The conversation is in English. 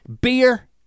Beer